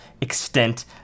extent